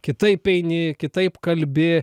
kitaip eini kitaip kalbi